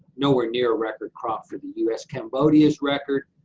nowhere near a record crop for the u s. cambodia's record,